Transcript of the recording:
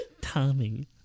Tommy